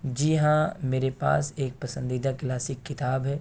جی ہاں میرے پاس ایک پسندیدہ کلاسک کتاب ہے